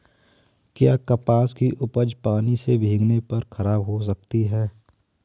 क्या कपास की उपज पानी से भीगने पर खराब हो सकती है?